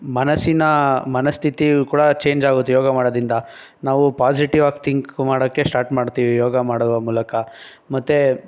ಮನಸ್ಸಿನ ಮನಸ್ಥಿತಿಯೂ ಕೂಡ ಚೇಂಜ್ ಆಗುತ್ತೆ ಯೋಗ ಮಾಡೋದ್ರಿಂದ ನಾವು ಪಾಸಿಟಿವ್ ಆಗಿ ಥಿಂಕ್ ಮಾಡೋಕ್ಕೆ ಸ್ಟಾರ್ಟ್ ಮಾಡ್ತೀವಿ ಯೋಗ ಮಾಡುವ ಮೂಲಕ ಮತ್ತು